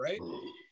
right